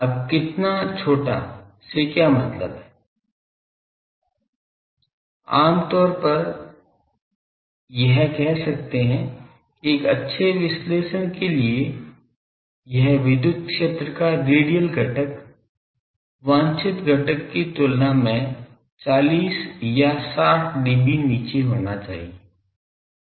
अब कितना छोटे से क्या मतलब है आमतौर पर हम यह कह सकते हैं कि एक अच्छे विश्लेषण के लिए यह विद्युत क्षेत्र का रेडियल घटक वांछित घटक की तुलना में 40 या 60 dB नीचे होना चाहिए